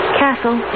castle